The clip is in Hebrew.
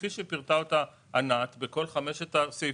כפי שפרטה ענת בכל חמשת הסעיפים,